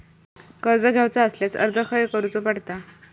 कर्ज घेऊचा असल्यास अर्ज खाय करूचो पडता?